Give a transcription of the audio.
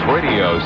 Radio